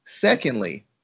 Secondly